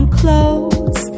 close